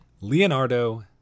Leonardo